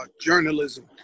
journalism